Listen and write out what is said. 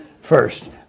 First